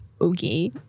okay